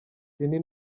ciney